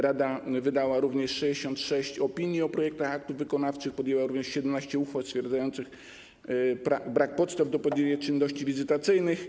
Rada wydała również 66 opinii o projektach aktów wykonawczych i podjęła 17 uchwał stwierdzających brak podstaw do podjęcia czynności wizytacyjnych.